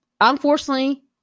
Unfortunately